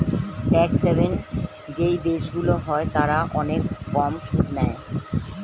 tax haven যেই দেশগুলো হয় তারা অনেক কম সুদ নেয়